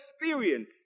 experience